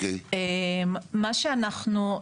מה שאנחנו,